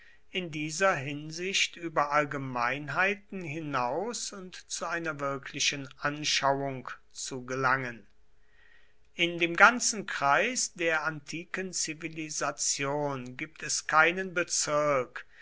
in dieser hinsicht über allgemeinheiten hinaus und zu einer wirklichen anschauung zu gelangen in dem ganzen kreis der antiken zivilisation gibt es keinen bezirk